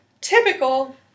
typical